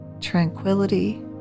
Tranquility